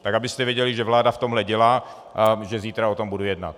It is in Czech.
Tak abyste věděli, že vláda v tomhle dělá, že zítra o tom budu jednat.